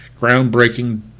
groundbreaking